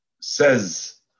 says